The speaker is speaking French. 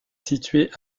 situé